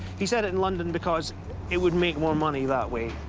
he set it in london because it would make more money that way.